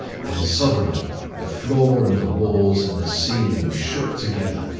then suddenly the floor and the walls and the ceiling shook together,